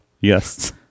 Yes